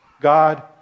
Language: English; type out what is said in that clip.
God